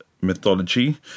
mythology